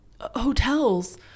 hotels